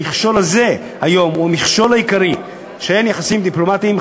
המכשול הזה היום הוא המכשול העיקרי לכך שאין יחסים דיפלומטיים עם